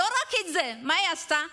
לא רק זה, מה היא עשתה?